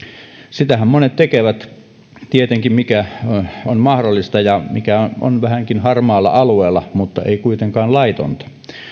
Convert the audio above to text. sitähän monet tekevät tietenkin mikä on mahdollista ja mikä on vähänkin harmaalla alueella mutta ei kuitenkaan laitonta